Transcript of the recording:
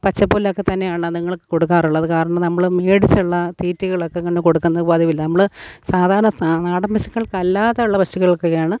പച്ചപ്പുല്ലൊക്കെ തന്നെയാണ് അതുങ്ങൾക്ക് കൊടുക്കാറുള്ളത് കാരണം നമ്മള് മേടിച്ചുള്ള തീറ്റകളൊക്കെ അങ്ങനെ കൊടുക്കുന്നത് പതിവില്ല നമ്മള് സാധാരണ നാടൻ പശുക്കൾക്കല്ലാതുള്ള പശുക്കൾക്കൊക്കെയാണ്